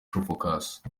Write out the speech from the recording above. phocas